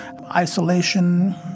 isolation